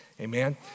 Amen